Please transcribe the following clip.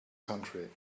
country